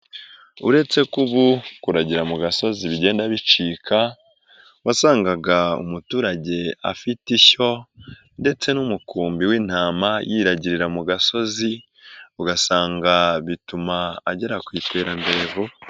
Uretse kuba ubu, kuragira mu gasozi bigenda bicika, wasangaga umuturage afite ishyo ndetse n'umukumbi w'intama, yiragirira mu gasozi, ugasanga bituma agera ku iterambere vuba.